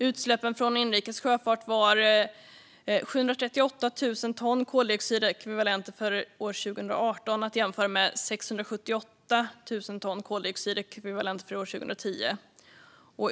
Utsläppen från inrikes sjöfart var 738 000 ton koldioxidekvivalenter år 2018. Det kan jämföras med 678 000 ton koldioxidekvivalenter år 2010.